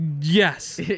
yes